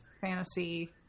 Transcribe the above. fantasy